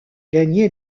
gagné